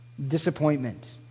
Disappointment